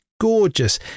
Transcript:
gorgeous